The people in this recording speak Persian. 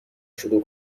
شروع